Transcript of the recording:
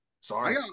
Sorry